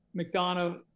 McDonough